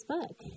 book